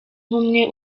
ubumwe